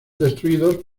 destruidos